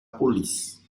police